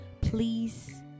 please